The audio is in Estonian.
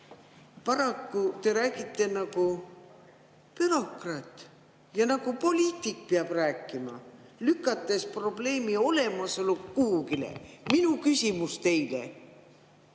paraku te räägite nagu bürokraat ja poliitik peab rääkima, lükates probleemi olemasolu kuhugi [kaugemale]. Minu küsimus teile: